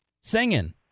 singing